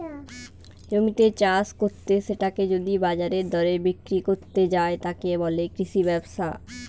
জমিতে চাষ কত্তে সেটাকে যদি বাজারের দরে বিক্রি কত্তে যায়, তাকে বলে কৃষি ব্যবসা